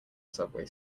subway